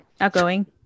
outgoing